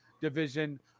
division